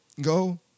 go